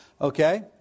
Okay